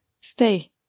Stay